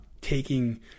taking